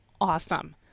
awesome